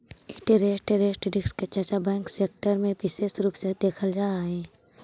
interest rate risk के चर्चा bank sector में विशेष रूप से देखल जा हई